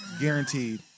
Guaranteed